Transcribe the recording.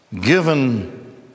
Given